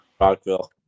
Rockville